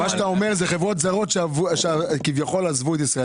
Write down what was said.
מה שאתה אומר זה שחברות זרות שכביכול עזבו את ישראל.